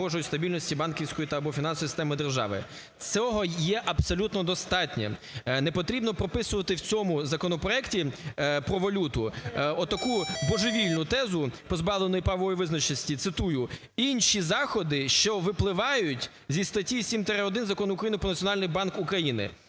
заходи, що випливають зі статті 7-1 Закону України "Про Національний банк України".